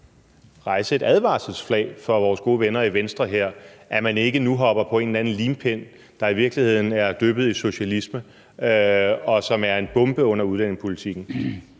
hejse et advarselsflag over for vores gode venner i Venstre her, altså at man nu ikke hopper på en eller anden limpind, der i virkeligheden er dyppet i socialisme, og som er en bombe under udlændingepolitikken.